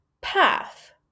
path